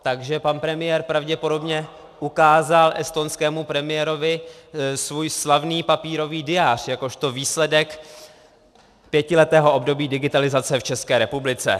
Takže pan premiér pravděpodobně ukázal estonskému premiérovi svůj slavný papírový diář jakožto výsledek pětiletého období digitalizace v České republice.